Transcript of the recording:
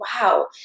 wow